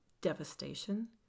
devastation